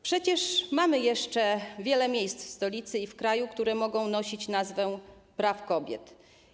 Przecież mamy jeszcze wiele miejsc w stolicy i w kraju, które mogą mieć w nazwie prawa kobiet.